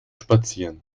spazieren